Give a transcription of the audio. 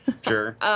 Sure